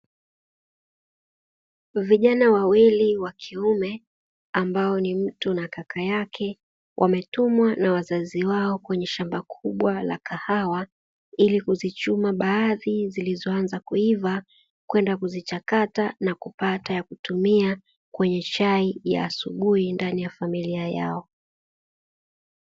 Vijana wawili wakiume ambao ni mtu na kaka yake wametumwa na wazazi wao kwenye shamba kubwa la kahawa, ili kuzichuma baadhi zilizoanza kuiva kwenda kuzichataka; na kupata ya kutumia kwenye chai ya asubuhi katika familia yao.